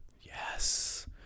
Yes